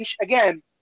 again